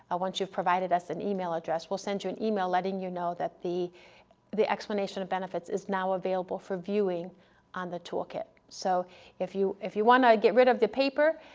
once you've provided us an email address, we'll send you an email letting you know that the the explanation of benefits is now available for viewing on the toolkit, so if you if you want to get rid of your paper,